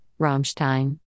Rammstein